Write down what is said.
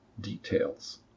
details